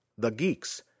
thegeeks